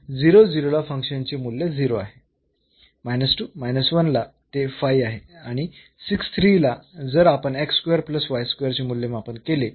तर ला फंक्शनचे मूल्य 0 आहे ला ते 5 आहे आणि ला जर आपण चे मूल्यमापन केले